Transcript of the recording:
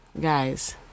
guys